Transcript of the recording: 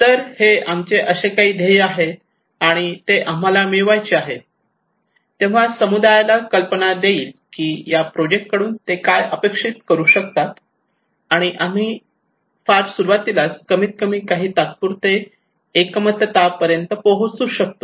तर हे आमचे असे काही ध्येय आहेत आणि ते आम्हाला मिळवायचे आहेत तेव्हा हे समुदायाला कल्पना देईल की या प्रोजेक्ट कडून ते काय अपेक्षित करू शकतात आणि आम्ही फार सुरुवातीलाच कमीत कमी काही तात्पुरते एकमता पर्यंत पोहोचू शकतो